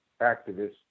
activists